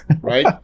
Right